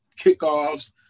kickoffs